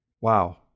wow